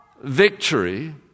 victory